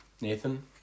Nathan